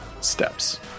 steps